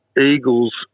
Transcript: Eagles